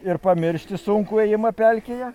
ir pamiršti sunkų ėjimą pelkėje